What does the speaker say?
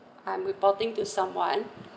I'm reporting to someone